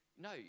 no